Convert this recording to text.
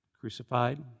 Crucified